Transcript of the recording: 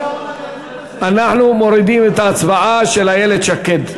שאנחנו מורידים את ההצבעה של איילת שקד.